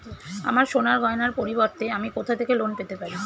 আমার সোনার গয়নার পরিবর্তে আমি কোথা থেকে লোন পেতে পারি?